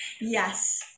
Yes